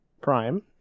Prime